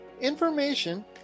information